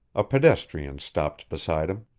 a pedestrian stopped beside him.